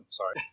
sorry